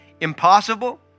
impossible